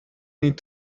need